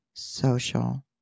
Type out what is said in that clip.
social